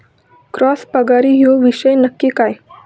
Cross परागी ह्यो विषय नक्की काय?